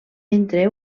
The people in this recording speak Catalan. entre